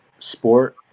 sport